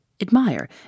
admire